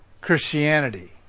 Christianity